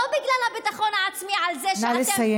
לא בגלל הביטחון העצמי על זה שאתם, נא לסיים.